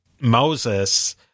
Moses